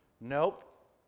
Nope